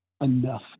enough